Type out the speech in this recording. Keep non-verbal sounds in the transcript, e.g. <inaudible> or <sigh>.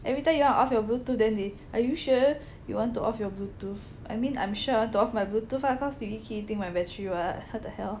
everytime you want to off your bluetooth then they are you sure <breath> you want to off your bluetooth I mean I'm sure I want to off my bluetooth ah cause you all keep eating my battery [what] what the hell